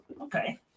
Okay